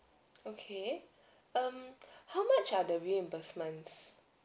okay um how much are the reimbursement